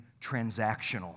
transactional